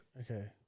Okay